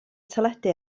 teledu